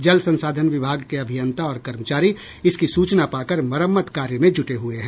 जल संसाधन विभाग के अभियंता और कर्मचारी इसकी सूचना पाकर मरम्मत कार्य में जुटे हुए हैं